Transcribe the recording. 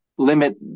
limit